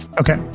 Okay